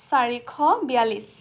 চাৰিশ বিয়াল্লিছ